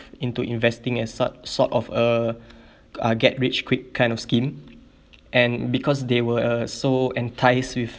into investing as sort sort of a uh get rich quick kind of scheme and because they were so enticed with